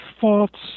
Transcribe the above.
thoughts